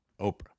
Oprah